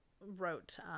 wrote